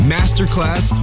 Masterclass